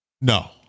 No